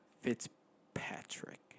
Fitzpatrick